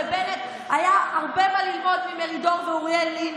לבנט היה הרבה מה ללמוד ממרידור ואוריאל לין,